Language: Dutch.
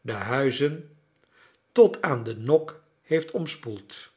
de huizen tot aan den nok heeft omspoeld